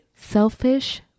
selfish